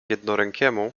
jednorękiemu